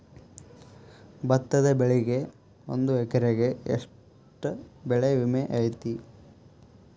ಭತ್ತದ ಬೆಳಿಗೆ ಒಂದು ಎಕರೆಗೆ ಎಷ್ಟ ಬೆಳೆ ವಿಮೆ ಐತಿ?